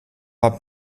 war